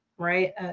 right